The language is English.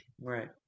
right